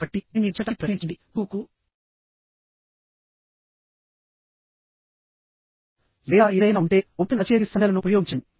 కాబట్టి దానిని దాచడానికి ప్రయత్నించకండి మీకు కోటు లేదా ఏదైనా ఉంటేఓపెన్ అరచేతి సంజ్ఞలను ఉపయోగించండి